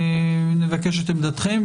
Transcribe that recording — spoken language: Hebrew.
מבקש את עמדתכם.